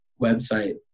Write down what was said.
website